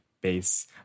base